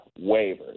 waivers